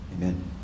Amen